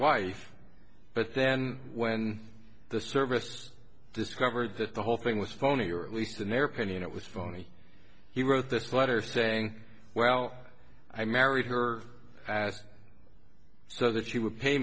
wife but then when the service discovered that the whole thing was phony or at least an airplane it was phony he wrote this letter saying well i married her as so that she would pay